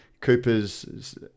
Cooper's